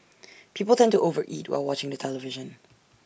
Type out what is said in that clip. people tend to over eat while watching the television